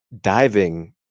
diving